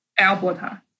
Alberta